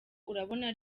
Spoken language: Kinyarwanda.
urabona